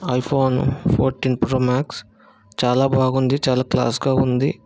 iPhone fourteen pro max చాలా బాగుంది చాలా క్లాస్గా ఉంది